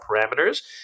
parameters